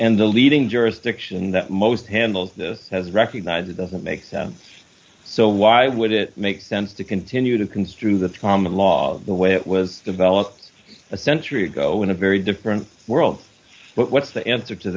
and the leading jurisdiction that most handle has recognized doesn't make it so why would it make sense to continue to construe the common law the way it was developed a century ago in a very different world but what's the answer to